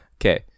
okay